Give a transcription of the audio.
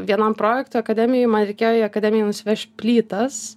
vienam projektui akademijoj man reikėjo į akademiją nusivešt plytas